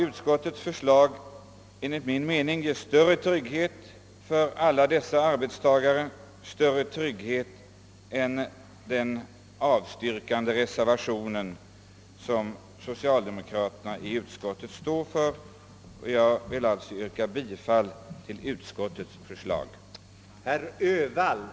Utskottets förslag ger enligt min mening större trygghet för alla dessa arbetstagare än den avstyrkande reservationen som socialdemokraterna i utskottet står för. Jag yrkar alltså bifall till utskottets hemställan.